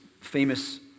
famous